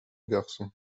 garçon